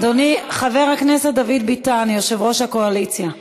אדוני, חבר הכנסת דוד ביטן, יושב-ראש הקואליציה,